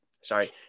sorry